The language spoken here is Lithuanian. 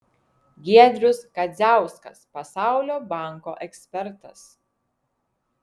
giedrius kadziauskas pasaulio banko ekspertas